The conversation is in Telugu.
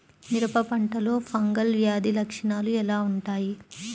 మిరప పంటలో ఫంగల్ వ్యాధి లక్షణాలు ఎలా వుంటాయి?